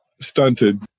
stunted